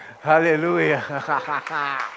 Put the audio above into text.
Hallelujah